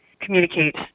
Communicate